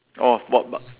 orh but but